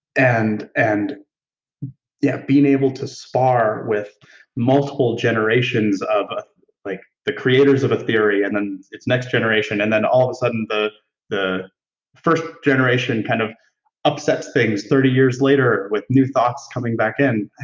and and yeah being able to spar with multiple generations of ah like the creators of a theory and then it's next generation, and then all of a sudden the the first generation kind of upsets things thirty years later with new thoughts coming back in,